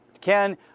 Ken